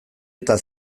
eta